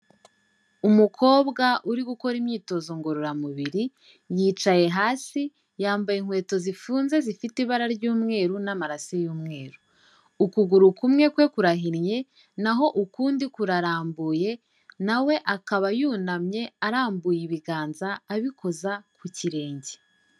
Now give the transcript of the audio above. Umukobwa uri gukora imyitozo ngororamubiri yicaye hasi, yambaye inkweto zifunze zifite ibara ry'umweru n'amarase y'umweru, ukuguru kumwe kwe kurahinnye, naho ukundi kurarambuye, na we akaba yunamye arambuye ibiganza abikoza ku kirenge.